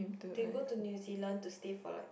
they go to New-Zealand to stay for like